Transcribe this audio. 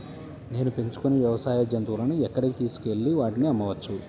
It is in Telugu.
నేను పెంచుకొనే వ్యవసాయ జంతువులను ఎక్కడికి తీసుకొనివెళ్ళి వాటిని అమ్మవచ్చు?